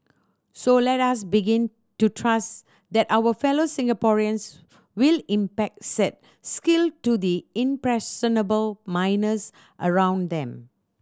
so let us begin to trust that our fellow Singaporeans will impact said skill to the impressionable minors around them